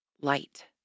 light